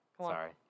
Sorry